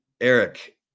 Eric